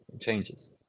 changes